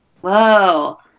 Whoa